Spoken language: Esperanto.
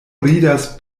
ridas